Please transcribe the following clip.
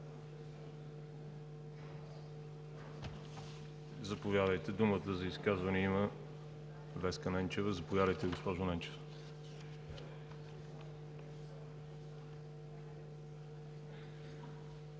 изказвания. Думата за изказване има Веска Ненчева. Заповядайте, госпожо Ненчева.